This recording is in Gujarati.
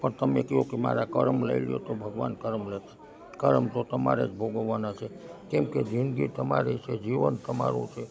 પણ તમે એ કહો કે મારા કરમ લઈ લો તો ભગવાન કરમ લેતા કરમ તો તમારે જ ભોગવવાના છે કેમકે જિંદગી તમારી છે જીવન તમારું છે